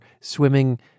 swimming